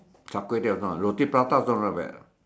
Char-kway-teow also roti prata also not bad ah